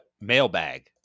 mailbag